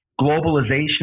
globalization